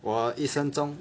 我一生中